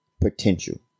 potential